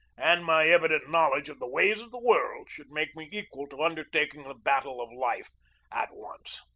and my evident knowledge of the ways of the world should make me equal to under taking the battle of life at once.